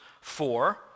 four